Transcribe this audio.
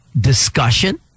discussion